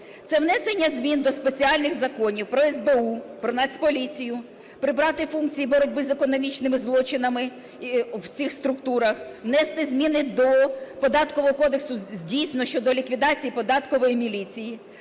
це внесення змін до спеціальних законів про СБУ, про Нацполіцію, прибрати функцію боротьби з економічними злочинами в цих структурах, внести зміни до Податкового кодексу з дійсно щодо ліквідації податкової міліції.